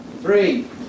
three